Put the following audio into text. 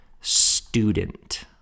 student